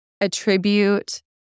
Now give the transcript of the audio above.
attribute